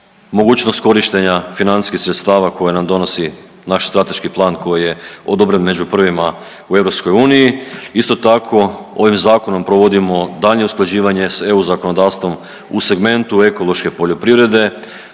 mogućnost korištenja financijskih sredstva koja nam donosi naš strateški plan koji je odobren među prvima u EU, isto tako ovim zakonom provodimo daljnje usklađivanje s eu zakonodavstvom u segmentu ekološke poljoprivrede,